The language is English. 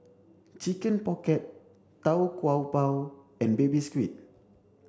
chicken pocket Tau Kwa Pau and baby squid